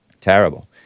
Terrible